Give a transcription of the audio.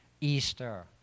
Easter